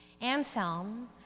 Anselm